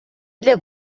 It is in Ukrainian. для